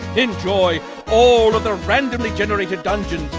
enjoy all of the randomly generated dungeons,